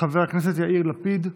חבר הכנסת יאיר לפיד,